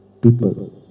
people